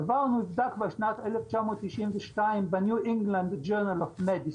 הדבר נבדק בשנת 1992 ב"New England Medicine",